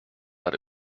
that